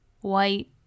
white